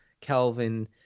Kelvin